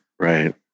Right